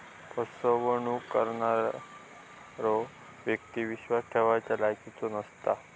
फसवणूक करणारो व्यक्ती विश्वास ठेवच्या लायकीचो नसता